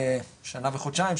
שנה וחודשיים,